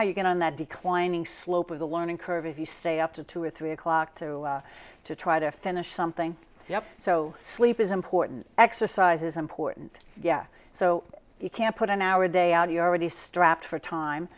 how you get on that declining slope of the learning curve if you stay up to two or three o'clock to to try to finish something so sleep is important exercise is important yeah so you can put an hour a day out you already strapped for time